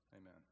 Amen